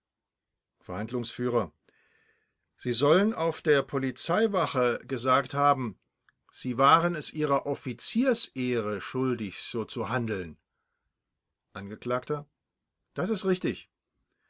verhandlungsf sie sollen auf der polizeiwache gesagt haben sie waren es ihrer offiziersehre schuldig so zu handeln angekl das ist richtig